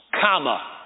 comma